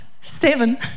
Seven